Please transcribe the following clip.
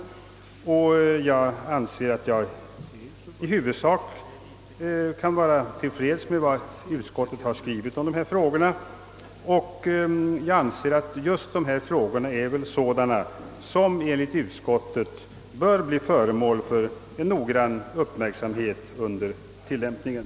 I huvudsak kan jag vara till freds med vad utskottet har skrivit om dessa frågor. Liksom utskottet anser jag att de bör bli föremål för noggrann uppmärksamhet under tillämpningen.